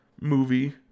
movie